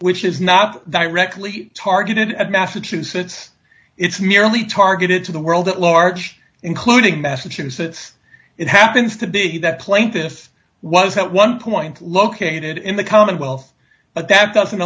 which is not directly targeted at massachusetts it's merely targeted to the world at large including massachusetts it happens to be that plate this was at one point located in the commonwealth but that doesn't